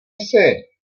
jsi